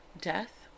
death